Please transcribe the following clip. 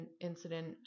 incident